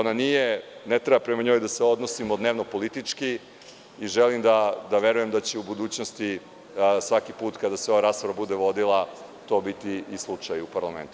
Prema njoj ne treba da se odnosimo dnevno-politički i želim da verujem da će u budućnosti, svaki put kada se ova rasprava bude vodila, to biti i slučaj u parlamentu.